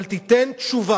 אבל תיתן תשובה.